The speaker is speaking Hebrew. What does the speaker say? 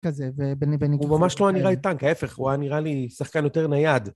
הוא ממש לא היה נראה לי טנק, ההפך, הוא נראה לי שחקן יותר נייד.